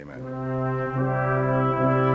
amen